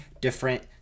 different